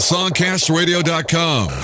SongcastRadio.com